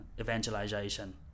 evangelization